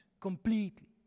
completely